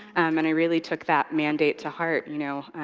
um and i really took that mandate to heart, you know.